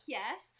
yes